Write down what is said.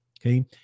Okay